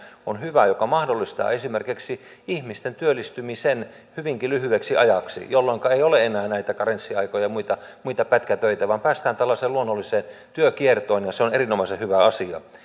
on hyvä yhtenä esimerkkinä joka mahdollistaa esimerkiksi ihmisten työllistymisen hyvinkin lyhyeksi ajaksi jolloinka ei ole enää näitä karenssiaikoja ja muita pätkätöitä vaan päästään tällaiseen luonnolliseen työkiertoon ja se on erinomaisen hyvä asia